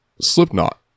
Slipknot